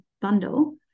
bundle